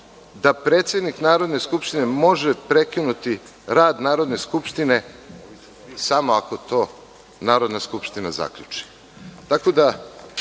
da predsednik Narodne skupštine može prekinuti rad Narodne skupštine samo ako to Narodna skupština zaključi. Tako da,